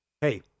hey